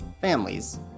families